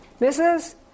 Mrs